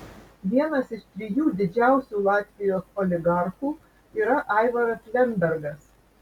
vienas iš trijų didžiausių latvijos oligarchų yra aivaras lembergas